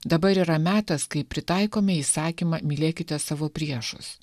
dabar yra metas kai pritaikome įsakymą mylėkite savo priešus